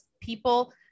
people